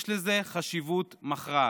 יש לזה חשיבות מכרעת.